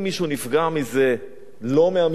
נפגע מזה, לא מהמיסיון,